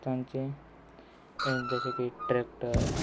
तांचे जशे की ट्रॅक्टर